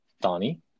donnie